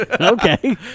Okay